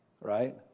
right